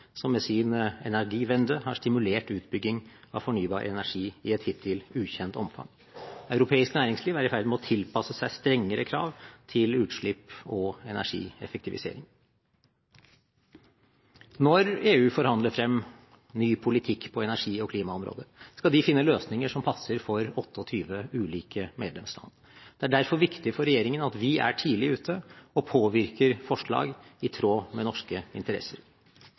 som med sin «Energiewende» har stimulert utbygging av fornybar energi i et hittil ukjent omfang. Europeisk næringsliv er i ferd med å tilpasse seg strengere krav til utslipp og energieffektivisering. Når EU forhandler frem ny politikk på energi- og klimaområdet, skal de finne løsninger som passer for 28 ulike medlemsland. Det er derfor viktig for regjeringen at vi er tidlig ute og påvirker forslag i tråd med norske interesser.